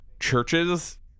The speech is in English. churches